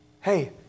Hey